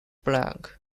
blank